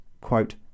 quote